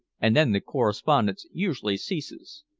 and then the correspondence usually ceases.